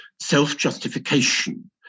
self-justification